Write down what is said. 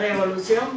revolución